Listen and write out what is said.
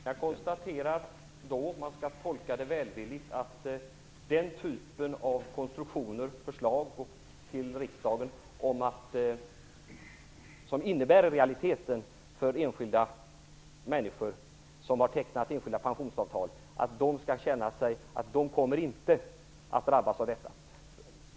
Fru talman! Om man skall tolka det välvilligt kan jag konstatera att den typen av konstruktioner och förslag till riksdagen inte kommer. Det innebär i realiteten att enskilda människor som har tecknat enskilda pensionsavtal kan känna att de inte kommer att drabbas av detta.